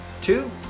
Two